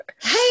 hey